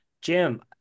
Jim